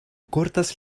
cortas